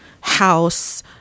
house